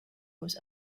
was